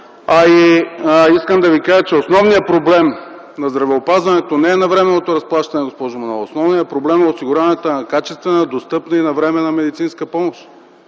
Искам да Ви кажа, че основният проблем на здравеопазването не е навременното разплащане, госпожа Манолова, а основният проблем е осигуряването на качествена, достъпна и навременна медицинска помощ.